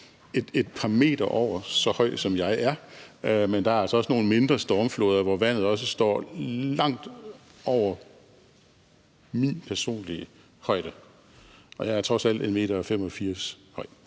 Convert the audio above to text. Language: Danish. et par meter over, så høj som jeg er, men der er altså også nogle mindre stormfloder, hvor vandet også står langt over min personlige højde, og jeg er trods alt 1 m og 85 cm høj.